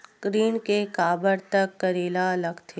ऋण के काबर तक करेला लगथे?